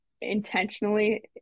intentionally